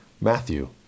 Matthew